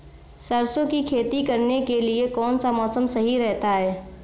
सरसों की खेती करने के लिए कौनसा मौसम सही रहता है?